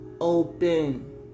open